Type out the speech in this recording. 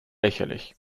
lächerlich